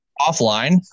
offline